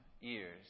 years